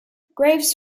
graves